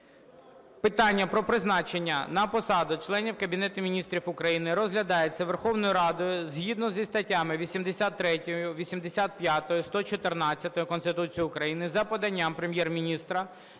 Питання про призначення на посаду членів Кабінету Міністрів України розглядається Верховною Радою згідно зі статями 83, 85, 114 Конституції України за поданням Прем'єр-міністра